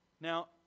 Now